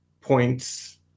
points